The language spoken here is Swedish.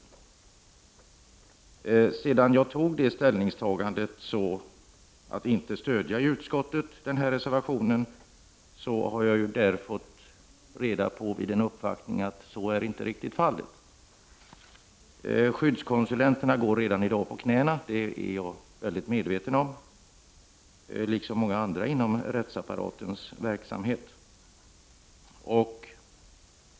Efter det att jag gjorde ställningstagandet att inte stödja reservationen har jag vid en uppvaktning fått reda på att detta inte riktigt är fallet. Skyddskonsulenterna går redan i dag på knäna, det är jag mycket medveten om, liksom många andra inom rättsapparatens verksamhet.